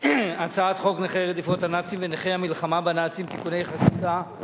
הצעת חוק נכי רדיפות הנאצים ונכי המלחמה בנאצים (תיקוני חקיקה),